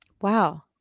Wow